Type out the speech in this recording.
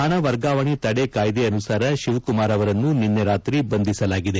ಹಣ ವರ್ಗಾವಣೆ ತಡೆ ಕಾಯ್ದೆ ಅನುಸಾರ ಶಿವಕುಮಾರ್ ಅವರನ್ನು ನಿನ್ನೆ ರಾತ್ರಿ ಬಂಧಿಸಲಾಗಿದೆ